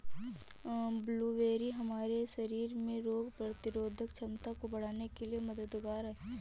blueberry हमारे शरीर में रोग प्रतिरोधक क्षमता को बढ़ाने में मददगार है